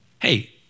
Hey